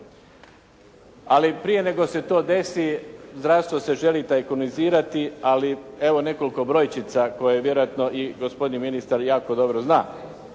Ali prije nego se to desi, zdravstvo se želi tajkunizirati ali evo nekoliko brojčica koje vjerojatno i gospodin ministar jako dobro zna.